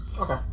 Okay